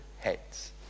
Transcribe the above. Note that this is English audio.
heads